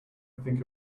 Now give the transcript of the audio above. think